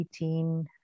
18